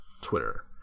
Twitter